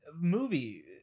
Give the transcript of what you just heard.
movie